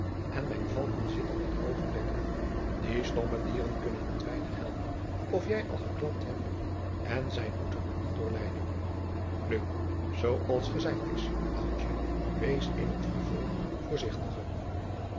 en mijn valken zitten met open bekken die stomme dieren kunnen het weinig helpen of jij al geklapt hebt en zij moeten er niet door lijden nu zoo als gezeid is oudje wees in t vervolg voorzichtiger